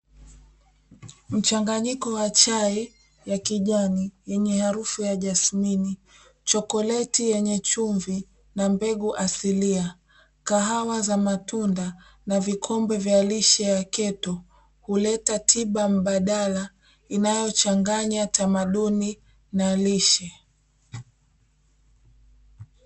Mchanganyiko wa chai ya kijani yenye harufu ya jasmini, chokoleti yenye chumvi na mbegu asilia, kahawa za matunda na vikombe vya lishe ya keto, huleta tiba mbadala inayochanganya tamaduni na lishe.